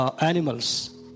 animals